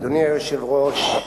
אדוני היושב-ראש,